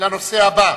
לנושא הבא.